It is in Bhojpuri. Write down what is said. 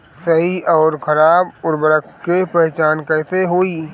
सही अउर खराब उर्बरक के पहचान कैसे होई?